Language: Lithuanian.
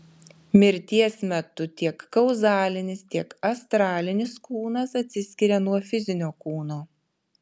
mirties metu tiek kauzalinis tiek astralinis kūnas atsiskiria nuo fizinio kūno